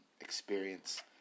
experience